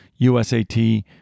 USAT